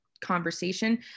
conversation